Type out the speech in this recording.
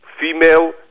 female